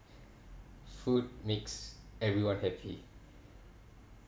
food makes everyone happy